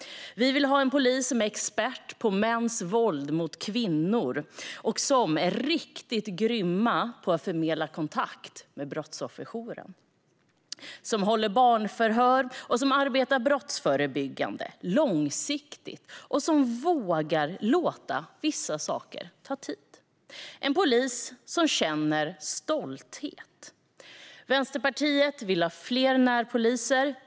Vi vill ha en polis som är expert på mäns våld mot kvinnor och är riktigt grym på att förmedla kontakt med brottsofferjourer, som håller barnförhör, som arbetar brottsförebyggande och långsiktigt och som vågar låta vissa saker ta tid. Vi vill ha en polis som känner stolthet. Vänsterpartiet vill ha fler närpoliser.